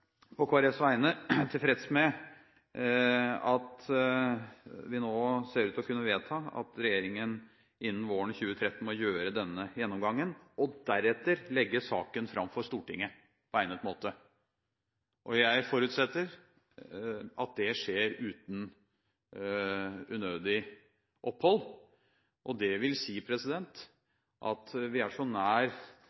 på Kristelig Folkepartis vegne tilfreds med at vi nå ser ut til å kunne vedta at regjeringen innen våren 2013 må gjøre denne gjennomgangen, og deretter legge saken fram for Stortinget på egnet måte. Jeg forutsetter at dette skjer uten unødig opphold, og